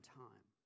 time